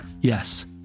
Yes